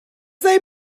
they